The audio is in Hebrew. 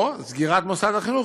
או סגירת מסוד החינוך,